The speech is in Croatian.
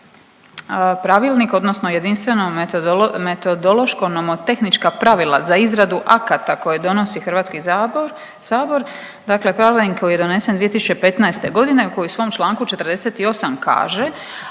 pravilnik odnosno jedinstvenom metodološko-nomotehnička pravila za izradu akata koje donosi Hrvatski sabor, dakle pravilnik koji je donesen 2015. godine koji u svom članku 48. kaže: